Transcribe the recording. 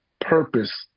purpose